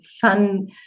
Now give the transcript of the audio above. fun